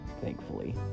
thankfully